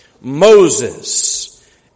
Moses